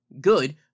good